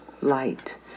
light